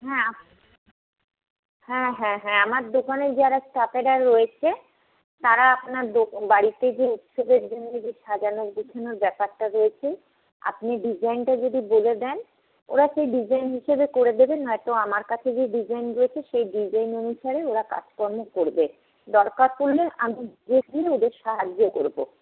হ্যাঁ হ্যাঁ হ্যাঁ হ্যাঁ আমার দোকানে যারা স্টাফেরা রয়েছে তারা আপনার বাড়িতে গিয়ে উৎসবের জন্য যে সাজানো গুছানোর ব্যাপারটা রয়েছে আপনি ডিজাইনটা যদি বলে দেন ওরা সেই ডিজাইন হিসেবে করে দেবে নয়তো আমার কাছে যে ডিজাইন রয়েছে সেই ডিজাইন অনুসারে ওরা কাজকর্ম করবে দরকার পড়লে আমি নিজে গিয়ে ওদের সাহায্য করবো